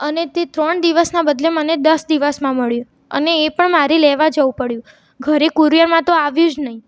અને તે ત્રણ દિવસના બદલે મને દસ દિવસમાં મળ્યું અને એ પણ મારે લેવા જવું પડ્યું ઘરે કુરિયરમાં તો આવ્યું જ નહીં